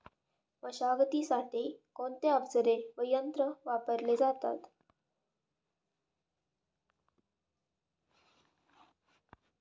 मशागतीसाठी कोणते अवजारे व यंत्र वापरले जातात?